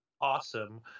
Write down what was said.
awesome